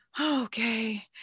okay